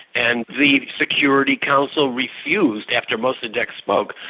and the security council refused after mossadeq spoke,